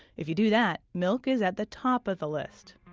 if you do that, milk is at the top of the list.